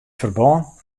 ferbân